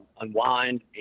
unwind